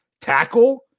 tackle